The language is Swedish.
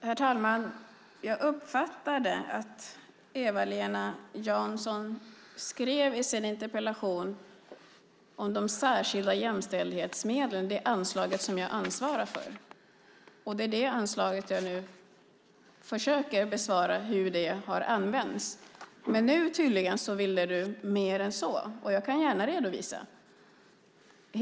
Herr talman! Jag uppfattade att Eva-Lena Jansson skrev i sin interpellation om de särskilda jämställdhetsmedlen, det anslag som jag ansvarar för. Jag försöker nu besvara hur det anslaget har använts. Nu ville du tydligen mer än så. Jag kan gärna redovisa det.